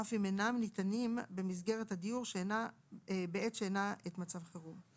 אף אם אינם ניתנים במסגרת הדיור בעת שאינה עת מצב חירום,